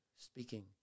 speaking